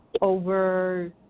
over